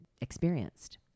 experienced